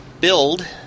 build